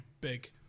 big